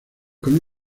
con